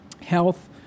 health